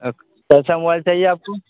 کیسا موبائل چاہیے آپ کو